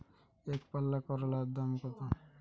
একপাল্লা করলার দাম কত?